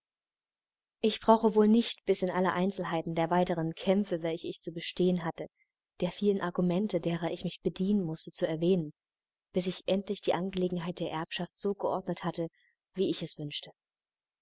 ich brauche wohl nicht bis in alle einzelheiten der weiteren kämpfe welche ich zu bestehen hatte der vielen argumente derer ich mich bedienen mußte zu erwähnen bis ich endlich die angelegenheit der erbschaft so geordnet hatte wie ich es wünschte